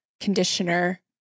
conditioner